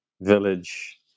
village